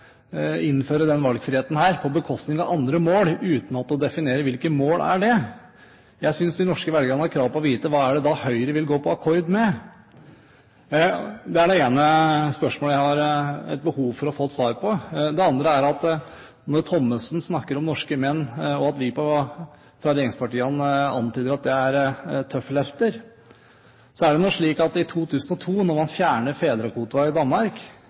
innføre denne valgfriheten på bekostning av andre mål, uten å definere hvilke mål det er. Jeg synes de norske velgerne har krav på å vite: Hva vil Høyre gå på akkord med? Det er det ene spørsmålet jeg har behov for å få svar på. Det andre er: Når Thommessen snakker om norske menn, og at vi fra regjeringspartiene antyder at de er tøffelhelter, er det jo slik at i 2002 fjernet man fedrekvoten i Danmark,